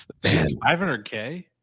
500k